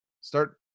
start